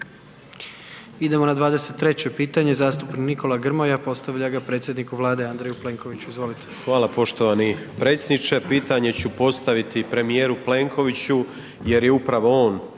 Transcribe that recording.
Idemo na 23. pitanje zastupnik Nikola Grmoja, postavlja ga predsjedniku Vlade Andreju Plenkoviću. Izvolite. **Grmoja, Nikola (MOST)** Hvala poštovani predsjedniče. Pitanje ću postaviti premijeru Plenkoviću jer je upravo on